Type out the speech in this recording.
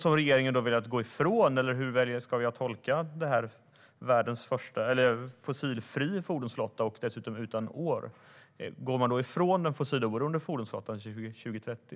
Vill regeringen gå ifrån det målet, eller hur ska jag tolka begreppet fossilfri fordonsflotta? Dessutom finns det inget årtal angivet. Går man nu ifrån målet med en fossiloberoende fordonsflotta till 2030?